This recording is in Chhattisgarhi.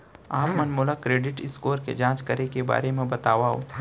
आप मन मोला क्रेडिट स्कोर के जाँच करे के बारे म बतावव?